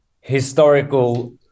historical